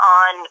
on